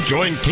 Join